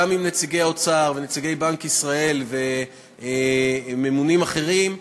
גם עם נציגי האוצר ונציגי בנק ישראל וממונים אחרים,